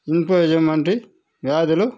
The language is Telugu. ఇన్ఫెక్షన్ వంటి వ్యాధులు